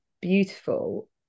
beautiful